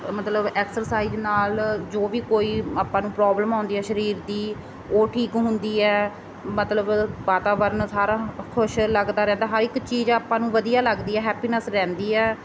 ਮਤਲਬ ਐਕਸਰਸਾਈਜ਼ ਨਾਲ ਜੋ ਵੀ ਕੋਈ ਆਪਾਂ ਨੂੰ ਪ੍ਰੋਬਲਮ ਆਉਂਦੀ ਆ ਸਰੀਰ ਦੀ ਉਹ ਠੀਕ ਹੁੰਦੀ ਹੈ ਮਤਲਬ ਵਾਤਾਵਰਨ ਸਾਰਾ ਖੁਸ਼ ਲੱਗਦਾ ਰਹਿੰਦਾ ਹਰ ਇੱਕ ਚੀਜ਼ ਆਪਾਂ ਨੂੰ ਵਧੀਆ ਲੱਗਦੀ ਹੈ ਹੈਪੀਨੈਸ ਰਹਿੰਦੀ ਹੈ